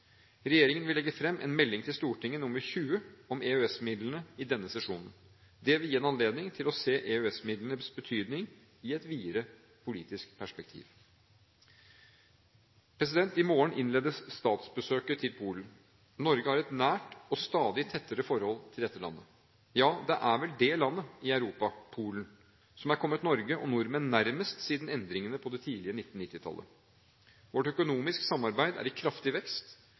Regjeringen vil legge fram en melding til Stortinget, Meld. St. 20 for 2011–2012, om EØS-midlene i denne sesjonen. Det vil gi en anledning til å se EØS-midlenes betydning i et videre politisk perspektiv. I morgen innledes statsbesøket til Polen. Norge har et nært og stadig tettere forhold til dette landet. Ja, Polen er vel det landet i Europa som er kommet Norge og nordmenn nærmest siden endringene på det tidlige 1990-tallet. Vårt økonomiske samarbeid er i kraftig vekst.